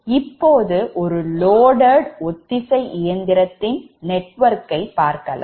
இப்பொழுது ஒரு loaded ஒத்திசை இயந்திரத்தின் நெட்வொர்க்கை பார்க்கலாம்